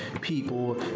people